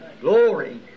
Glory